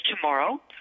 tomorrow